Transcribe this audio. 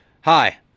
Hi